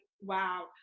wow